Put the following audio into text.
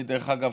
דרך אגב,